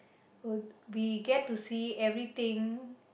uh we get to see everything